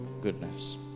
goodness